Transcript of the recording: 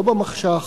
לא במחשך,